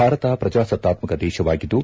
ಭಾರತ ಪ್ರಜಾಸತ್ತಾತ್ಮಕ ದೇಶವಾಗಿದ್ದು